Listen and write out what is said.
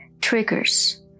triggers